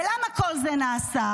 ולמה כל זה נעשה?